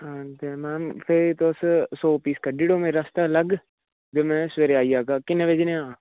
हां ते मैम फ्ही तुस सौ पीस कड्ढी ओड़ो मेरे आस्तै अलग ते में सवेरे आई जाह्ग किन्ने बजे तगर आं